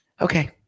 Okay